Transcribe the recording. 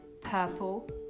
purple